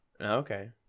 Okay